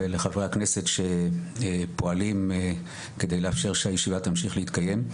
ולחברי הכנסת שפועלים כדי לאפשר שהישיבה תמשיך להתקיים.